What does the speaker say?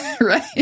Right